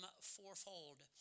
fourfold